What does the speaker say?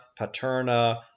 Paterna